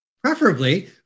preferably